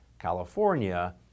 California